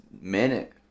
minute